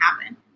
happen